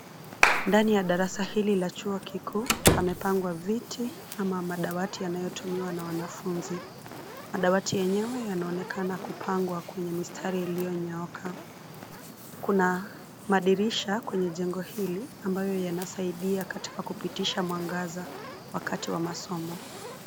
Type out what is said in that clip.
Ndani ya darasa hili la chuo kikuu, pamepangwa viti, ama madawati yanayotumiwa na wanafunzi. Madawati yenyewe yanaonekana kupangwa kwenye mistari iliyonyooka. Kuna madirisha kwenye jengo hili, ambayo yanasaidia katika kupitisha mwangaza, wakati wa masomo.